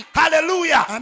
hallelujah